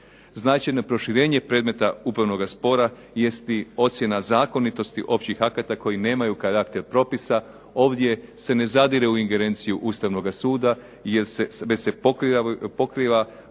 Značajno proširenje predmeta upravnoga spora jest i ocjena zakonitosti općih akata koji nemaju karakter propisa, ovdje se ne zadire u ingerenciju Ustavnoga suda, već se pokriva